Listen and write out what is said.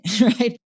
right